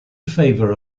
favor